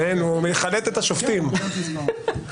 שמספרה (פ/3248/25) אל תוך הצעת חוק העונשין (תיקון מס' 149)